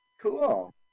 Cool